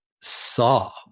saw